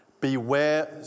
Beware